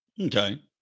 Okay